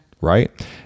Right